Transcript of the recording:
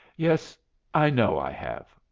yes i know i have.